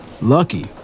Lucky